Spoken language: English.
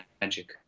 magic